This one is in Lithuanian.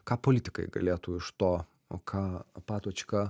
ką politikai galėtų iš to o ką patočka